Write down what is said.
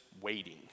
waiting